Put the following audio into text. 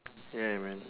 ya man